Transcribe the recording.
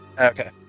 okay